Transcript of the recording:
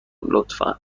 لطفا